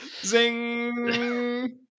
Zing